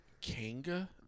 Kanga